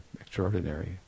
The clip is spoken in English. extraordinary